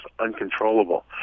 uncontrollable